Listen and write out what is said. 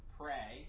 pray